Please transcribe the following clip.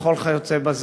ואני מבקש,